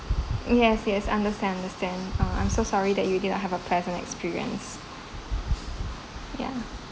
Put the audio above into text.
yes yes understand understand uh I'm so sorry that you did not have a pleasant experience ya